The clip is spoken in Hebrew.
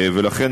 לכן,